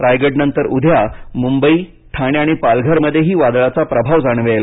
रायगड नंतर उद्या मुंबई ठाणे आणि पालघर मध्येही वादळाचा प्रभाव जाणवेल